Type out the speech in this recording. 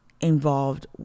involved